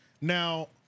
Now